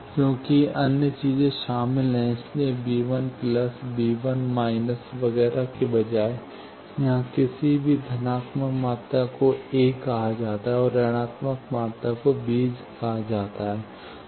चूंकि अन्य चीजें शामिल हैं इसलिए वगैरह के बजाय यहां किसी भी धनात्मक मात्रा को ए कहा जाता है और ऋणात्मक मात्रा को बी कहा जाता है